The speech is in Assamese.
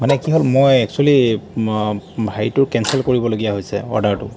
মানে কি হ'ল মই একচুৱেলি হেৰিটো কেঞ্চেল কৰিবলগীয়া হৈছে অৰ্ডাৰটো